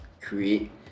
create